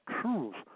truths